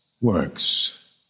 Works